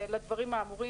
הכלכלה.